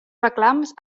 reclams